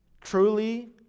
Truly